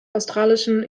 australischen